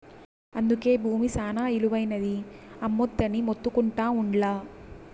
అందుకే బూమి శానా ఇలువైనది, అమ్మొద్దని మొత్తుకుంటా ఉండ్లా